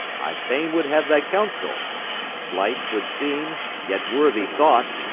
i fain would have thy counsel slight twould seem, yet worthy thought.